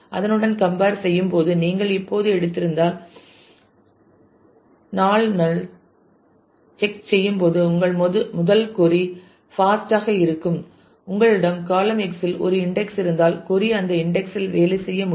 அதனுடன் கம்பேர் செய்யும்போது நீங்கள் இப்போது எடுத்திருந்தால் ரெபர் டைம் 1754 நாண் நள் செக் செய்யும்போது உங்கள் முதல் கொறி ஃபாஸ்ட் ஆக இயங்கும் உங்களிடம் COL X இல் ஒரு இன்டெக்ஸ் இருந்தால் கொறி அந்த இன்டெக்ஸ் இல் வேலை செய்ய முடியும்